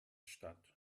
statt